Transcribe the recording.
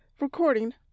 recording